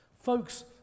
folks